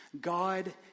God